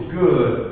good